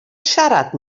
siarad